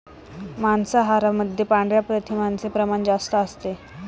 मांसाहारामध्ये पांढऱ्या प्रथिनांचे प्रमाण जास्त असते